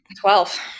Twelve